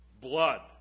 blood